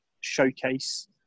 showcase